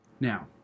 now